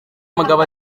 mugabo